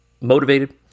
motivated